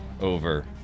over